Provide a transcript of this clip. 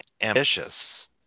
ambitious